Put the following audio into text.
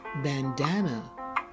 Bandana